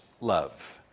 love